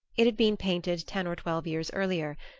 it had been painted ten or twelve years earlier,